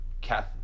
cath